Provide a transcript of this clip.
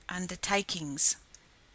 undertakings